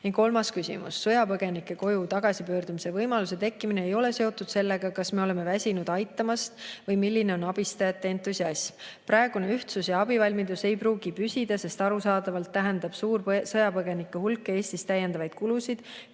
Kolmas küsimus: "Sõjapõgenike koju tagasi pöördumise võimaluse tekkimine ei ole seotud sellega, kas me oleme väsinud aitamast või milline on abistajate entusiasm. Praegune ühtsus ja abivalmidus ei pruugi püsida, sest arusaadavalt tähendab suur sõjapõgenike hulk Eestis täiendavaid kulusid,